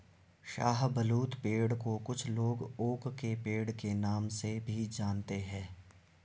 शाहबलूत पेड़ को कुछ लोग ओक के पेड़ के नाम से भी जानते है